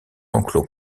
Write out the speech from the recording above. enclos